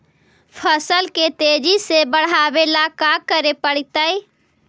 फसल के तेजी से बढ़ावेला का करे पड़तई?